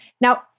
Now